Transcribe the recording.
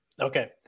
Okay